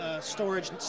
storage